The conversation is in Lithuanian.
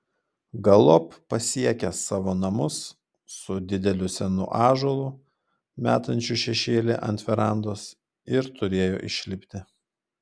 galop pasiekė savo namus su dideliu senu ąžuolu metančiu šešėlį ant verandos ir turėjo išlipti